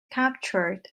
captured